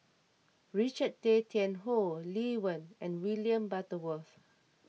Richard Tay Tian Hoe Lee Wen and William Butterworth